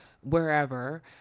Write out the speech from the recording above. wherever